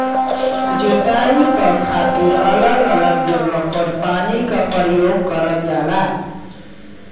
जोताई क खातिर अलग अलग जगह पर पानी क परयोग करल जाला